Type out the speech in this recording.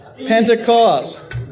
Pentecost